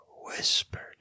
whispered